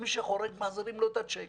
מי שחורג, מחזירים לו את הצ'ק,